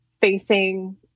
facing